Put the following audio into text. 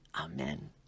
Amen